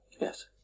Yes